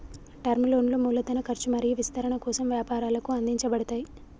term లోన్లు మూలధన ఖర్చు మరియు విస్తరణ కోసం వ్యాపారాలకు అందించబడతయ్